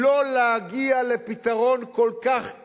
לא להגיע לפתרון כל כך,